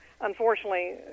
unfortunately